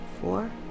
four